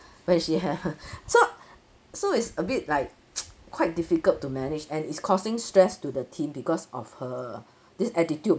when she had her so so it's a bit like quite difficult to manage and it's causing stress to the team because of her this attitude